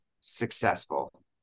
successful